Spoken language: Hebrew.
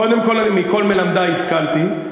קודם כול, מכל מלמדי השכלתי.